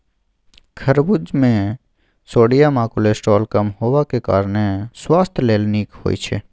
खरबुज मे सोडियम आ कोलेस्ट्रॉल कम हेबाक कारणेँ सुआस्थ लेल नीक होइ छै